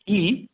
E